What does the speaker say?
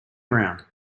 around